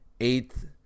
eighth